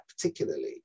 particularly